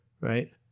right